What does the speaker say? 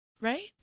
right